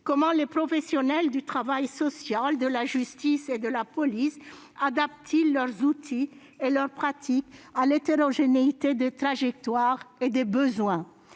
Comment les professionnels du travail social, de la justice et de la police adaptent-ils leurs outils et leurs pratiques à l'hétérogénéité des trajectoires et des besoins ?